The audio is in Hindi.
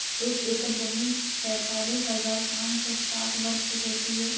एक एकड़ जमीन तैंतालीस हजार पांच सौ साठ वर्ग फुट होती है